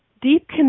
Deep